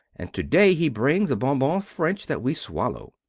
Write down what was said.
and to-day he bring the bonbons french that we swallow.